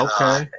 Okay